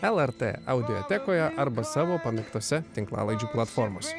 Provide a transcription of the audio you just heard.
lrt audijotekoje arba savo pamėgtose tinklalaidžių platformose